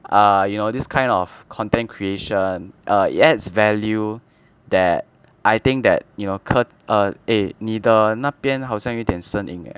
err you know this kind of content creation err it adds value that I think that you know 科 ah eh 你的那边好像一点声音 leh